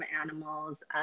animals